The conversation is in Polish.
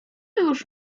już